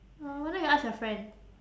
oh why not you ask your friend